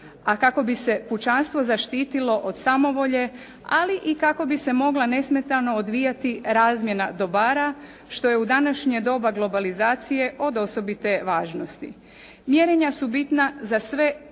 a kako bi se pučanstvo zaštitilo od samovolje ali i kako bi se mogla nesmetano odvijati razmjena dobara što je u današnje doba globalizacije od osobite važnosti. Mjerenja su bitna za sve